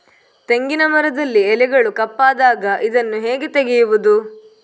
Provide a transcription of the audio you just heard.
ತೆಂಗಿನ ಮರದಲ್ಲಿ ಎಲೆಗಳು ಕಪ್ಪಾದಾಗ ಇದನ್ನು ಹೇಗೆ ತಡೆಯುವುದು?